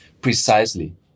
precisely